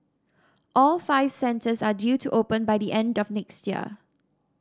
all five centres are due to open by the end of next year